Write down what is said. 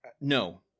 No